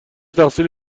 تقصیر